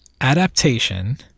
adaptation